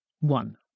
One